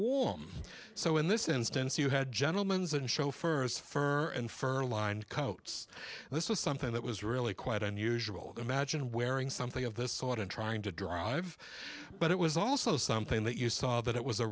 warm so in this instance you had a gentleman's and chauffeurs fur and fur aligned coats and this was something that was really quite unusual imagine wearing something of this sort and trying to drive but it was also something that you saw that it was a